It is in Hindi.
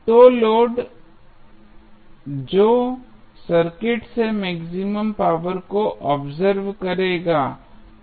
तो लोड जो सर्किट से मैक्सिमम पावर को अब्सॉर्ब करेगा